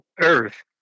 earth